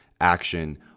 action